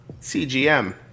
CGM